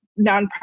nonprofit